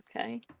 Okay